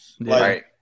Right